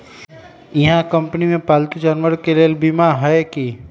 इहा कंपनी में पालतू जानवर के लेल बीमा हए कि?